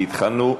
כי התחלנו.